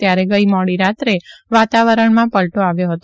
ત્યારે ગઈ મોડી રાત્રે વાતાવરણમાં પલટો આવ્યો હતો